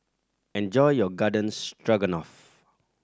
enjoy your Garden Stroganoff